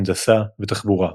הנדסה ותחבורה.